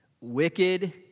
wicked